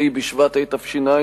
ה' בשבט התש"ע,